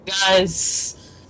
guys